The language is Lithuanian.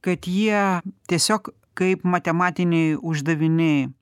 kad jie tiesiog kaip matematiniai uždaviniai